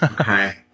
okay